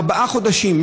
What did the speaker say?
ארבעה חודשים,